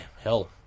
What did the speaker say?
hell